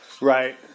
right